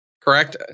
correct